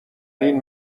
این